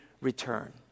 return